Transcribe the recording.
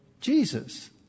Jesus